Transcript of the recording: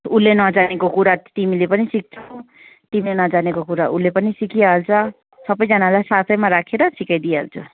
उसले नजानेको कुरा तिमीले पनि सिक्छौ तिमीले नजानेको कुरा उसले पनि सिकिहाल्छ सबैजनालाई साथैमा राखेर सिकाइदिहाल्छु